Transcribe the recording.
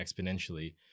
exponentially